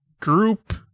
group